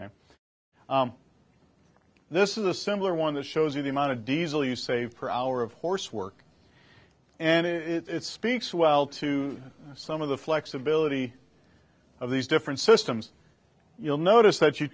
and this is a similar one that shows you the amount of diesel you save per hour of course work and it's speaks well to some of the flexibility of these different systems you'll notice that you